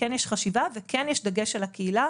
כן יש חשיבה וכן יש דגש על הקהילה,